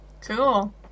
cool